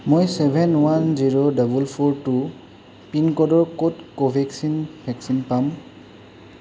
মই seven one zero double four two পিনক'ডৰ ক'ত কোভেক্সিন ভেকচিন পাম